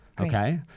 okay